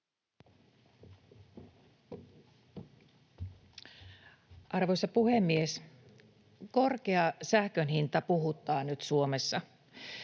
Arvoisa puhemies! Korkea sähkön hinta puhuttaa nyt Suomessa.